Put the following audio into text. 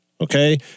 Okay